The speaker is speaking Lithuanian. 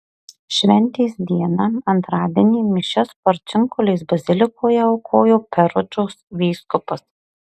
šventės dieną antradienį mišias porciunkulės bazilikoje aukojo perudžos vyskupas